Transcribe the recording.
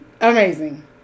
Amazing